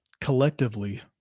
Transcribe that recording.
Collectively